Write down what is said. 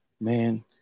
man